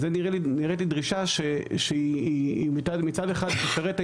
זו נראית לי דרישה שהיא מצד אחד תשרת את